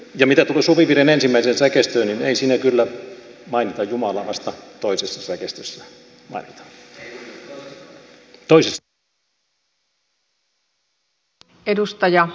ja mitä tulee suvivirren ensimmäiseen säkeistöön niin ei siinä kyllä mainita jumalaa vasta toisessa säkeistössä mainitaan